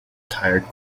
tired